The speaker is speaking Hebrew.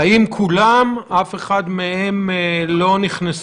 בוא נדבר על מושכלות יסוד,